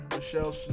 Michelle